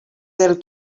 del